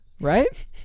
right